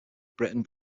britain